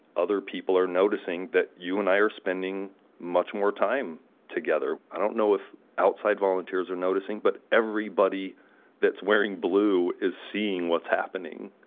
other people are noticing that you and i are spending much more time together. i don't know if outside volunteers are noticing, but everybody that's wearing blue is seeing what's happening.